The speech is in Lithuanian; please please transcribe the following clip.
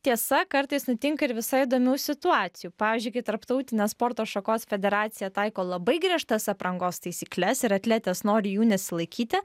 tiesa kartais nutinka ir visai įdomių situacijų pavyzdžiui tarptautinė sporto šakos federacija taiko labai griežtas aprangos taisykles ir atletės nori jų nesilaikyti